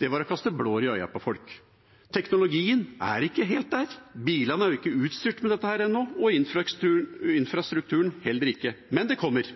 det var å kaste blår i øynene på folk. Teknologien er ikke helt der – bilene er ikke utstyrt med dette ennå, og heller ikke infrastrukturen – men det kommer.